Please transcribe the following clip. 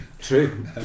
True